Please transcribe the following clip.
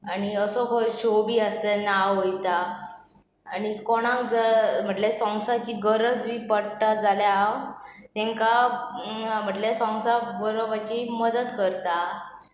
आनी असो खय शो बी आसता तेन्ना हांव वयता आनी कोणाक जर म्हटल्यार सोंग्साची गरज बी पडटा जाल्यार हांव तांकां म्हटल्या सोंग्सां बरोवपाची मदत करता